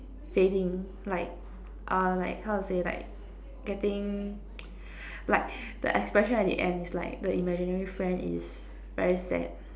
fading like ah like how to say like getting like the expression at the end is like the imaginary friend is very sad